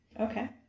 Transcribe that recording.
Okay